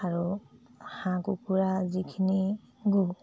আৰু হাঁহ কুকুৰাৰ যিখিনি গু